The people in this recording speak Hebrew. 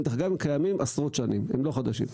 דרך אגב, הם קיימים עשרות שנים, הם לא חדשים.